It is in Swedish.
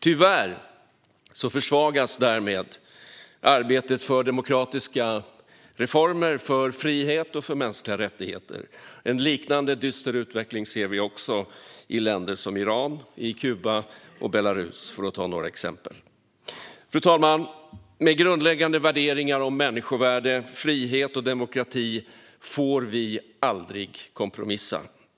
Tyvärr försvagas därmed arbetet för demokratiska reformer, frihet och mänskliga rättigheter. En liknande dyster utveckling ser vi också i länder som Iran, Kuba och Belarus. Fru talman! Med grundläggande värderingar om människovärde, frihet och demokrati får vi aldrig kompromissa.